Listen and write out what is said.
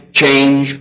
change